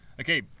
Okay